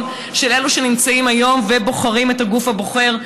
של אלה שנמצאים היום ובוחרים את הגוף הבוחר,